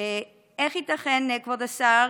איך ייתכן, כבוד השר,